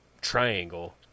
triangle